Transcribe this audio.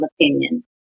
opinion